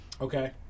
Okay